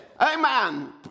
Amen